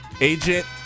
agent